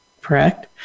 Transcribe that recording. correct